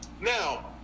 Now